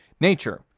nature,